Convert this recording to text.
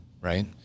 right